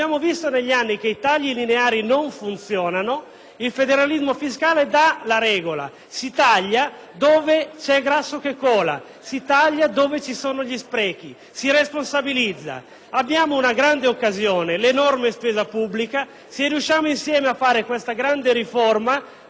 dove c'è grasso che cola, dove ci sono gli sprechi; si responsabilizza. Abbiamo una grande occasione: l'enorme spesa pubblica. Se riusciamo, insieme, a realizzare questa grande riforma, otterremo un beneficio per tutti: quello di tagliare molto la spesa pubblica e, finalmente, le tasse.